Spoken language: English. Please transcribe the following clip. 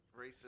racist